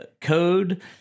Code